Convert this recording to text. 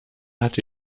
hatte